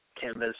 canvas